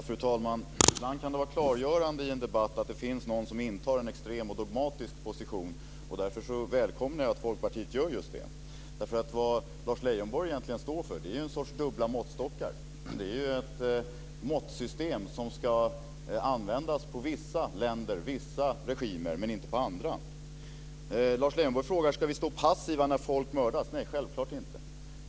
Fru talman! Ibland kan det vara klargörande i en debatt att det finns någon som intar en extrem och dogmatisk position. Därför välkomnar jag att Folkpartiet gör just det. Det Lars Leijonborg egentligen står för är en sorts dubbla måttstockar. Det är ett måttsystem som ska användas på vissa länder, vissa regimer, men inte på andra. Lars Leijonborg frågar: Ska vi stå passiva när folk mördas? Nej, självklart inte.